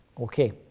Okay